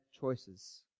choices